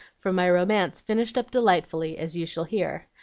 for my romance finished up delightfully, as you shall hear.